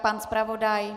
Pan zpravodaj?